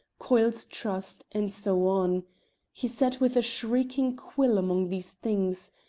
coil's trust, and so on he sat with a shrieking quill among these things,